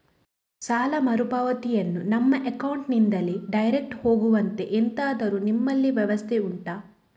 ಸಾಲ ಮರುಪಾವತಿಯನ್ನು ನಮ್ಮ ಅಕೌಂಟ್ ನಿಂದಲೇ ಡೈರೆಕ್ಟ್ ಹೋಗುವಂತೆ ಎಂತಾದರು ನಿಮ್ಮಲ್ಲಿ ವ್ಯವಸ್ಥೆ ಉಂಟಾ